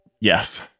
Yes